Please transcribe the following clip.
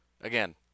again